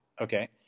Okay